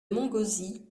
montgauzy